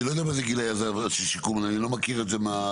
אני לא יודע מה זה גילאי הזהב של שיקום אני לא מכיר את זה.